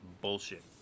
bullshit